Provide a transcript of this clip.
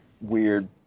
weird